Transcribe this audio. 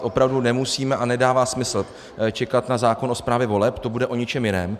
Opravdu nemusíme a nedává smysl čekat na zákon o správě voleb, to bude o něčem jiném.